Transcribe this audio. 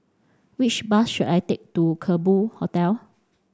which bus should I take to Kerbau Hotel